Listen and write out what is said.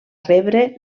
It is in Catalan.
rebre